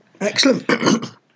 Excellent